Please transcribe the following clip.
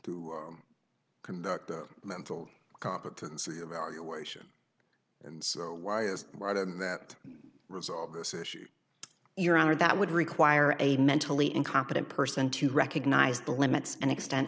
to conduct a mental competency evaluation and so why is that resolve this issue your honor that would require a mentally incompetent person to recognize the limits and extent